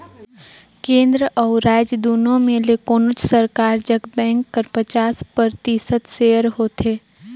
केन्द्र अउ राएज दुनो में ले कोनोच सरकार जग बेंक कर पचास परतिसत सेयर होथे